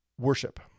worship